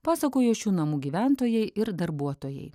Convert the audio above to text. pasakojo šių namų gyventojai ir darbuotojai